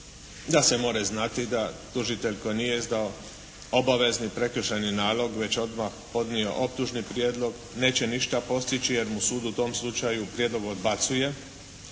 da se more znati da tužitelj koji nije izdao obavezni prekršajni nalog već odma podnio optužni prijedlog neće ništa postići jer mu sud u tom slučaju prijedlog odbacuje.